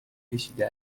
کشیده